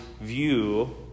view